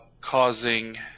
causing